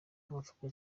abapfobya